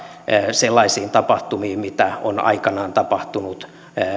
sellaisiin tapahtumiin mitä on aikoinaan tapahtunut